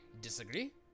Disagree